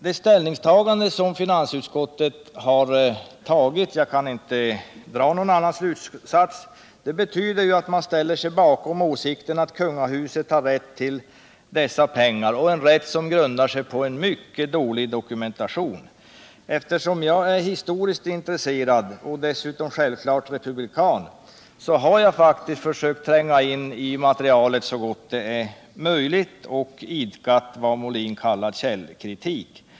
Jag kan inte dra någon annan slutsats än att finansutskottets ställningstagande betyder att man ställer sig bakom åsikten att kungahuset har rätt till dessa pengar — en rätt som i så fall grundar sig på en mycket dålig dokumentation. Eftersom jag är historiskt intresserad, och dessutom självfallet republikan, har jag faktiskt försökt tränga in i materialet så långt det var möjligt och idkat vad herr Molin kallar källstudier.